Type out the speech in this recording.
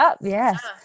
Yes